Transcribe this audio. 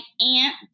aunt